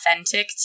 authentic